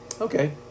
Okay